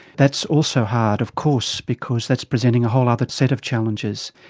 that's also hard of course because that's presenting a whole other set of challenges.